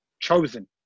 chosen